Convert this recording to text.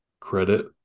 credit